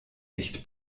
nicht